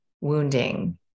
wounding